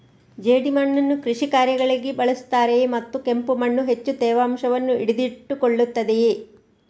ಜೇಡಿಮಣ್ಣನ್ನು ಕೃಷಿ ಕಾರ್ಯಗಳಿಗೆ ಬಳಸುತ್ತಾರೆಯೇ ಮತ್ತು ಕೆಂಪು ಮಣ್ಣು ಹೆಚ್ಚು ತೇವಾಂಶವನ್ನು ಹಿಡಿದಿಟ್ಟುಕೊಳ್ಳುತ್ತದೆಯೇ?